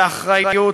באחריות